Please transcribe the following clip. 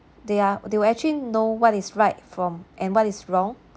they are they will actually know what is right from and what is wrong